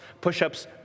push-ups